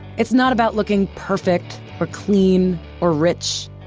it's not about looking perfect or clean or rich.